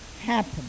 happen